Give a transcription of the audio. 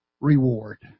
reward